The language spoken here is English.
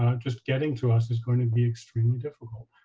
um just getting to us is going to be extremely difficult.